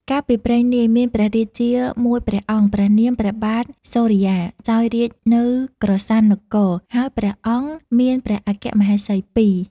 កាលពីព្រេងនាយ មានព្រះរាជាមួយព្រះអង្គ ព្រះនាម ព្រះបាទសូរិយា សោយរាជ្យនៅក្រសាន់នគរ ហើយព្រះអង្គមានព្រះអគ្គមហេសីពីរ។